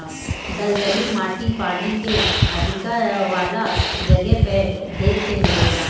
दलदली माटी पानी के अधिका वाला जगह पे देखे के मिलेला